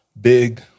big